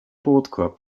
brotkorb